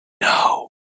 No